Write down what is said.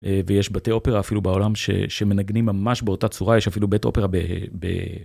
ויש בתי אופרה אפילו בעולם שמנגנים ממש באותה צורה יש אפילו בית אופרה.